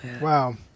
Wow